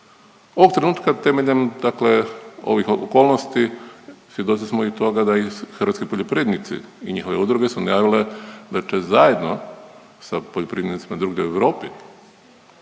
Ovog trenutka temeljem dakle ovih okolnosti svjedoci smo i toga da i hrvatski poljoprivrednici i njihove udruge su najavile da će zajedno sa poljoprivrednicima drugdje u Europi